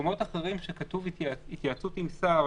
במקומות אחרים שכתוב התייעצות עם שר,